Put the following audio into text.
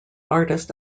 artist